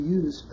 use